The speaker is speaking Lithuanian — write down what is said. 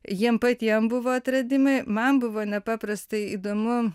jiem patiem buvo atradimai man buvo nepaprastai įdomu